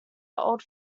old